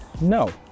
no